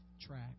track